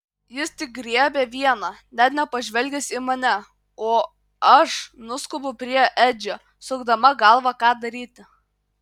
jis tik griebia vieną net nepažvelgęs į mane o aš nuskubu prie edžio sukdama galvą ką daryti